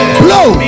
blow